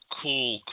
cool